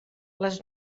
les